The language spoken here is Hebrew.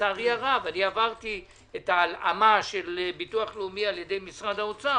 לצערי הרב עברתי את ההלאמה של ביטוח לאומי על ידי משרד האוצר